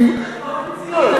זאת לא המציאות.